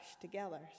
together